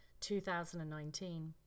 2019